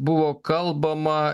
buvo kalbama